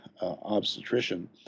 obstetrician